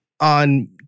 on